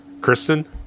Kristen